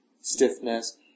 stiffness